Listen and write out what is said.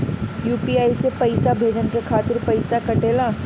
UPI से पइसा भेजने के खातिर पईसा कटेला?